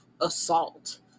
assault